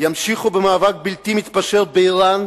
תמשיך במאבק בלתי מתפשר באירן,